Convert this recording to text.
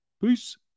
Peace